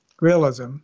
realism